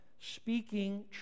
speaking